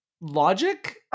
logic